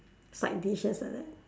it's like dishes like that